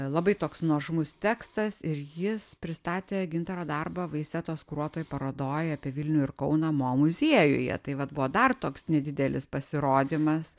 labai toks nuožmus tekstas ir jis pristatė gintaro darbą vaisetos kuruotoj parodoj apie vilnių ir kauną mo muziejuje tai vat buvo dar toks nedidelis pasirodymas